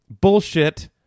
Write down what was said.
bullshit